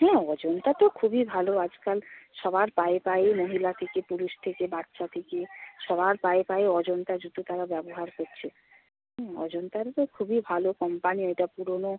হ্যাঁ অজন্তা তো খুবই ভালো আজকাল সবার পায়ে পায়ে মহিলা থেকে পুরুষ থেকে বাচ্চা থেকে সবার পায়ে পায়ে অজন্তা জুতো তারা ব্যবহার করছে অজন্তার তো খুবই ভালো কোম্পানি এটা পুরনো